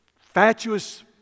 fatuous